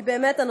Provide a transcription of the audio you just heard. כי באמת,